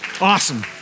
Awesome